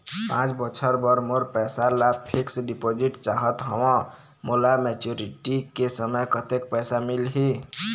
पांच बछर बर मोर पैसा ला फिक्स डिपोजिट चाहत हंव, मोला मैच्योरिटी के समय कतेक पैसा मिल ही?